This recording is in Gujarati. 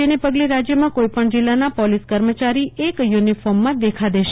જેને પગલે રાજ્યમાં કોઈપણ જીલ્લાના પોલીસ કર્મચારી એક જ યુનિફોર્મમાં દેખા દેશે